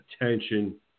attention